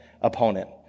opponent